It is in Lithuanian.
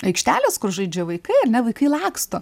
aikštelės kur žaidžia vaikai ar ne vaikai laksto